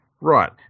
right